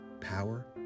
Power